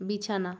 বিছানা